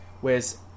Whereas